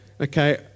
okay